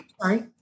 Sorry